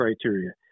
criteria